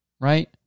right